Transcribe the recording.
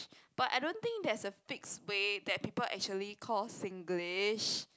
but I don't think there's a fix way that people actually call Singlish